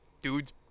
dude's